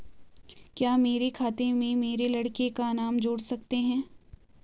क्या मेरे खाते में मेरे लड़के का नाम जोड़ सकते हैं?